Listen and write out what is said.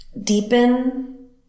deepen